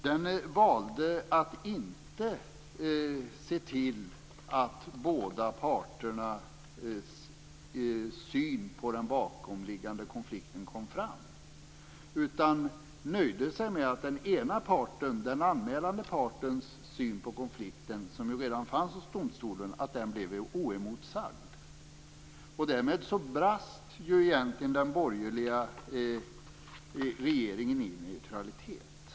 Den valde att inte se till att båda parternas syn på den bakomliggande konflikten kom fram, utan den nöjde sig med att den anmälande partens syn på konflikten, som ju redan fanns hos domstolen, blev oemotsagd. Därmed brast egentligen den borgerliga regeringen i neutralitet.